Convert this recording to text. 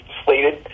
slated